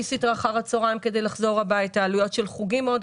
סיטר אחר הצוהריים ועלויות של חוגים.